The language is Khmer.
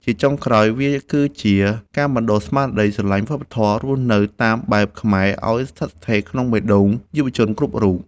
ជាចុងក្រោយ វាគឺជាការបណ្ដុះស្មារតីស្រឡាញ់វប្បធម៌រស់នៅតាមបែបខ្មែរឱ្យស្ថិតស្ថេរក្នុងបេះដូងយុវជនគ្រប់រូប។